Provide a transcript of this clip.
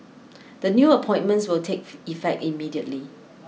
the new appointments will take effect immediately